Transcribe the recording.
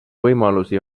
võimalusi